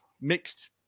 mixed